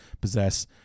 possess